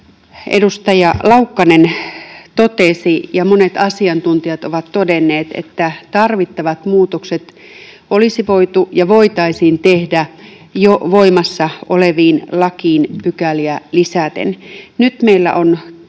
edustaja Laukkanen totesi ja monet asiantuntijat ovat todenneet, tarvittavat muutokset olisi voitu ja voitaisiin tehdä jo voimassa oleviin lakeihin pykäliä lisäten. Nyt meillä on käsittelyssä